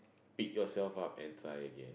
pick yourself up and try again